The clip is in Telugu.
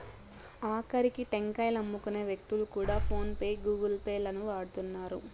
ఆకరికి టెంకాయలమ్ముకునే వ్యక్తులు కూడా ఫోన్ పే గూగుల్ పే లను వాడుతున్నారు